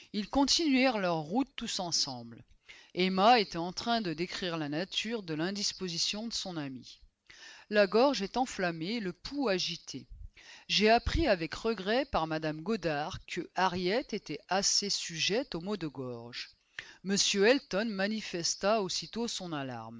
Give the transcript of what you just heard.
ils continuèrent leur route tous ensemble emma était en train de décrire la nature de l'indisposition de son amie la gorge est enflammée le pouls agité j'ai appris avec regret par mme goddard que harriet était assez sujette aux maux de gorge m elton manifesta aussitôt son